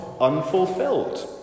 unfulfilled